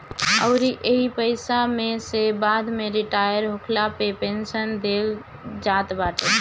अउरी एही पईसा में से बाद में रिटायर होखला पे पेंशन देहल जात बाटे